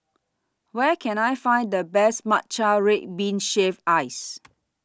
Where Can I Find The Best Matcha Red Bean Shaved Ice